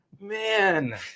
man